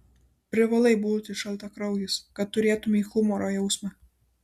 privalai būti šaltakraujis kad turėtumei humoro jausmą